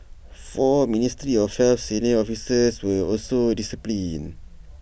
four ministry of health senior officers were also disciplined